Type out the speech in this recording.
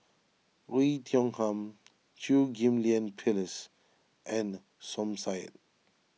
Oei Tiong Ham Chew Ghim Lian Phyllis and Som Said